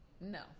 No